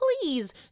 please